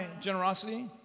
generosity